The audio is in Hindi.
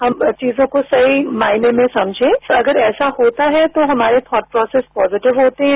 हम चीजों को सही मायने में समझे तो अगर ऐसा होता है तो हमारे जीवनहीजे प्रोसेसिस पॉजिटिव होते हैं